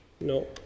No